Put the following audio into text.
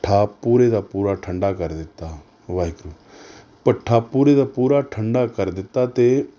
ਭੱਠਾ ਪੂਰੇ ਦਾ ਪੂਰਾ ਠੰਡਾ ਕਰ ਦਿੱਤਾ ਵਾਹਿਗੁਰੂ ਭੱਠਾ ਪੂਰੇ ਦਾ ਪੂਰਾ ਠੰਡਾ ਕਰ ਦਿੱਤਾ ਅਤੇ